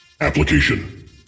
Application